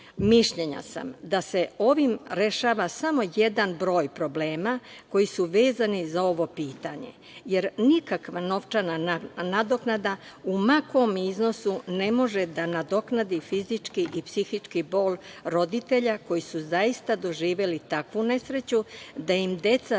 naknada. Mišljenja sam da se ovim rešava samo jedan broj problema koji su vezani za ovo pitanje, jer nikakva novčana nadoknada, u ma kom iznosu, ne može da nadoknadi fizički i psihički bol roditelja koji su zaista doživeli takvu nesreću da im deca budu